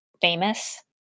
famous